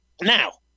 Now